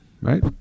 right